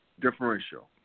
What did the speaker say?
differential